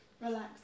relax